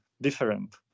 different